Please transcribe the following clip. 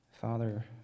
Father